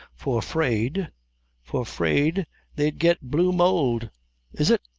for fraid for fraid they'd get blue-mowled is it?